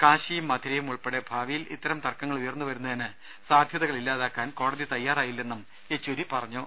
കാശിയും മഥുരയും ഉൾപ്പെടെ ഭാവിയിൽ ഇത്തരം തർക്കങ്ങൾ ഉയർന്നു വരുന്നതിന് സാധ്യതകൾ ഇല്ലാതാക്കാൻ കോടതി തയാറായില്ലെന്നും യെച്ചൂരി പറഞ്ഞു